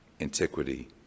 antiquity